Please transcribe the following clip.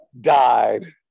died